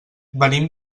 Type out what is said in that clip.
venim